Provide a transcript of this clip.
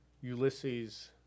Ulysses